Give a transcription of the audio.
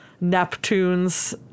Neptune's